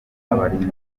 abarinzi